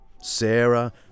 Sarah